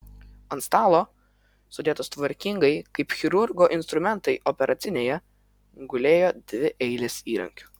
ant stalo sudėtos tvarkingai kaip chirurgo instrumentai operacinėje gulėjo dvi eilės įrankių